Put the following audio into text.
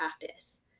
practice